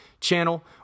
channel